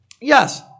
yes